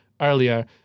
earlier